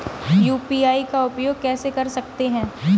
UPI का उपयोग कैसे कर सकते हैं?